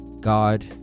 god